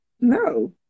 No